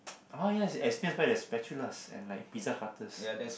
oh yes explains why there's spatulas and like Pizza Hutters